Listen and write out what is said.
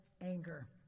anger